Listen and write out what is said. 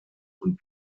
und